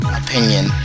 opinion